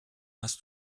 hast